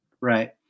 Right